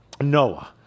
Noah